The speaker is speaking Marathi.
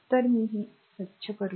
तर मला ते स्वच्छ करू द्या